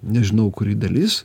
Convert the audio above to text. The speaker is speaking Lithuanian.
nežinau kuri dalis